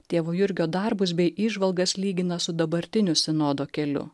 tėvo jurgio darbus bei įžvalgas lygina su dabartiniu sinodo keliu